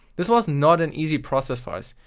this was not an easy process for us.